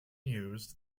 used